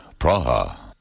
Praha